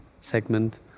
segment